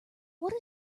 what